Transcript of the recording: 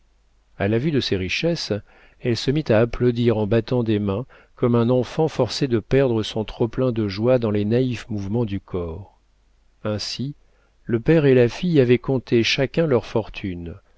a la vue de ses richesses elle se mit à applaudir en battant des mains comme un enfant forcé de perdre son trop-plein de joie dans les naïfs mouvements du corps ainsi le père et la fille avaient compté chacun leur fortune